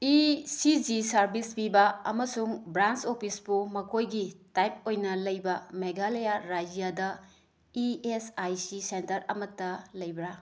E C G service ꯄꯤꯕ ꯑꯃꯁꯨꯡ branch ꯑꯣꯐꯤꯁꯄꯨ ꯃꯈꯣꯏꯒꯤ ꯇꯥꯏꯞ ꯑꯣꯏꯅ ꯂꯩꯕ ꯃꯦꯒꯥꯂꯌꯥ ꯔꯥꯖ꯭ꯌꯥꯗ E S I C centre ꯑꯃꯇ ꯂꯩꯕ꯭ꯔ